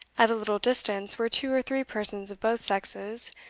at a little distance were two or three persons of both sexes,